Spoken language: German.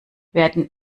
werden